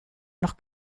noch